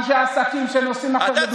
אנשי עסקים שנוסעים עכשיו לדובאי.